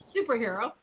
Superhero